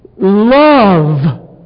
love